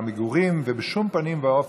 המגורים, ובשום פנים ואופן.